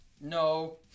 No